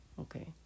Okay